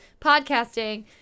podcasting